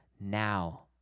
now